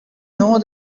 know